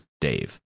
Dave